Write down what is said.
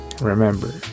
remember